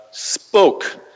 spoke